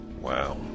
Wow